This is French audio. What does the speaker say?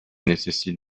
nécessite